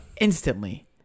Instantly